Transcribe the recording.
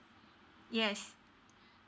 yes